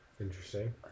Interesting